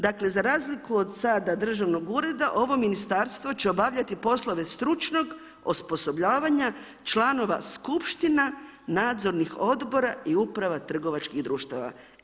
Dakle za razliku od sada državnog ureda ovo ministarstvo će obavljati poslove stručnog osposobljavanja članova skupština, nadzornih odbora i uprava trgovačkih društava.